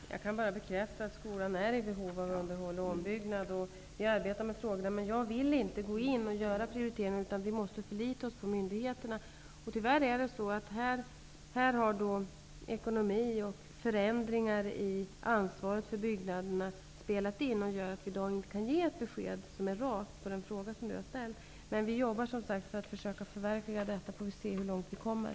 Herr talman! Jag vill bara bekräfta att skolan är i behov av underhåll och ombyggnad. Vi arbetar med dessa frågor, men jag vill inte gå in och göra en prioritering. Vi måste förlita oss på myndigheterna. Tyvärr har ekonomi och förändringar i ansvaret för byggnaderna spelat in, och det gör att vi i dag inte kan ge ett klart besked på den fråga som Marianne Andersson ställt. Men vi arbetar med att förverkliga detta, och sedan får vi se hur långt vi kommer.